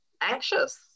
anxious